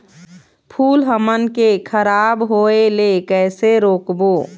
फूल हमन के खराब होए ले कैसे रोकबो?